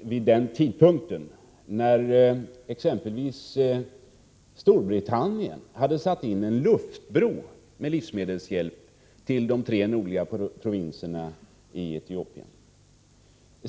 vid den tidpunkt när exempelvis Storbritannien hade satt in en luftbro med livsmedelshjälp till de tre nordliga provinserna i Etiopien.